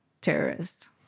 terrorist